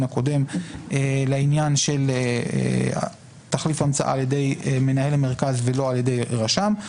הקודם לעניין של תחליף המצאה על ידי מנהל המרכז ולא על ידי רשם.